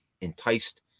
enticed